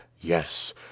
yes